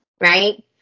right